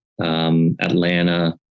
Atlanta